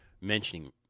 mentioning